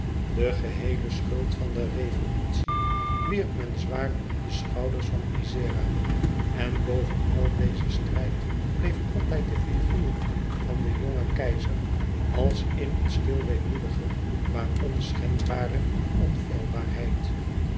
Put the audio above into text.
de geheele schuld van de revolutie wierp men zwaar op de schouders van ezzera en boven al dezen strijd bleef altijd de figuur van den jongen keizer als in een stil weemoedige maar onschendbare onfeilbaarheid